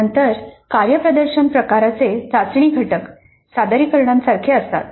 नंतर कार्यप्रदर्शन प्रकारचे चाचणी घटक सादरीकरणांसारखे असतात